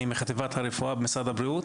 אני מחטיבת הרפואה במשרד הבריאות.